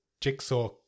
jigsaw